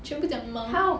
全部讲忙